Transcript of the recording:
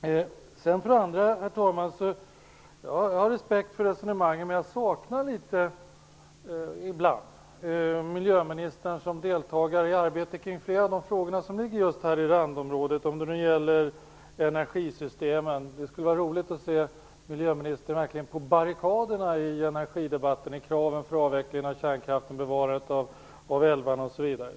Jag har respekt för resonemanget, herr talman, men jag saknar ibland miljöministern som deltagare i arbetet kring flera av de frågor som ligger just i det här randområdet, och det gäller t.ex. energisystemen. Det skulle vara roligt att se miljöministern på barrikaderna i energidebatten, i fråga om kraven på avveckling av kärnkraften, bevarande av älvarna osv.